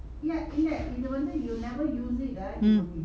mm